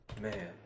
Man